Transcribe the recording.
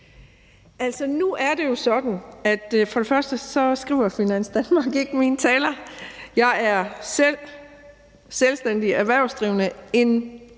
Altså, nu er det jo først og fremmest sådan, at Finans Danmark ikke skriver mine taler. Jeg er selv selvstændig erhvervsdrivende, en